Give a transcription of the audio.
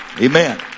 Amen